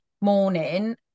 morning